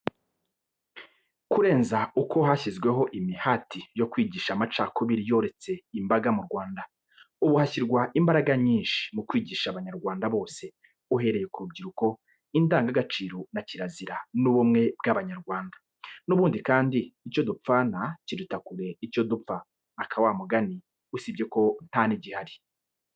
Kurenza uko hashyizweho imihati yo kwigisha amacakubiri yoretse imbaga mu Rwanda, ubu hashyirwa imbaraga nyinshi mu kwigisha abanyarwanda bose, uhereye ku rubyiruko indangagaciro na kirazira n'ubumwe bw'abanyarwanda; n'ubundi kandi icyo dupfana kiruta kure icyo dupfa aka wa mugani, usibye ko nta n'igihari.